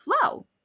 flow